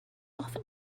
often